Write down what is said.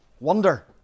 Wonder